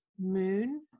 moon